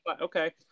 Okay